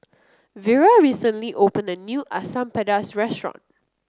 Vira recently opened a new Asam Pedas restaurant